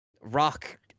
Rock